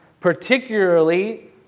particularly